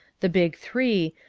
the big three,